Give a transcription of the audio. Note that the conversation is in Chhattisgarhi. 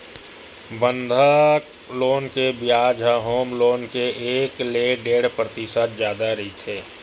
बंधक लोन के बियाज ह होम लोन ले एक ले डेढ़ परतिसत जादा रहिथे